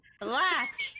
Black